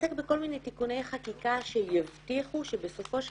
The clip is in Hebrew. להתעסק בכל מיני תיקוני חקיקה שיבטיחו שבסופו של